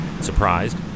Surprised